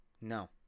No